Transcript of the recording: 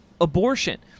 Abortion